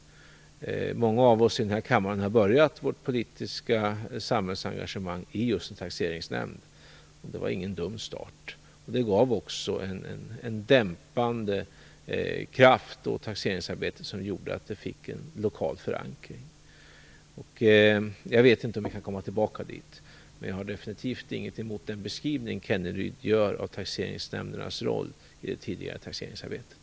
Många av oss i den här kammaren har börjat vårt politiska samhällsengagemang just i en taxeringsnämnd. Det var ingen dum start. Det gav också en dämpande kraft åt taxeringsarbetet som gjorde att det fick en lokal förankring. Jag vet inte om vi kan komma tillbaka dit, men jag har definitivt inget emot den beskrivning Rolf Kenneryd gör av taxeringsnämndernas roll i det tidigare taxeringsarbetet.